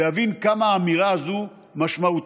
להבין כמה האמירה הזו משמעותית.